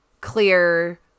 clear